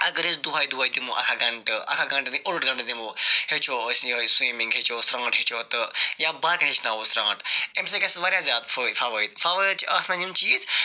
اگر أسۍ دۄہَے دۄہَے دِمو اکھ اکھ گھنٹہٕ اکھ اکھ گھنٹہٕ نہٕ اوٚڑ اوٚڑ گھنٹہٕ دِمو ہیٚچھو أسۍ یِہوٚے سِومِنٛگ ہیٚچھو سرٛانٹھ ہیٚچھو تہٕ یا باقیَن ہیٚچھناوو أسۍ سرٛانٹھ اَمہِ سۭتۍ گَژھِ واریاہ زیادٕ فٲے فَوٲیِد فَوٲیِد چھِ اتھ مَنٛز یِم چیٖز